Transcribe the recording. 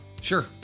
sure